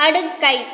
படுக்கை